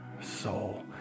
soul